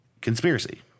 conspiracy